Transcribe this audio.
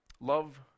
Love